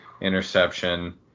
interception